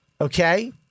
Okay